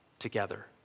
together